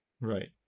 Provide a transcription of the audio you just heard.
Right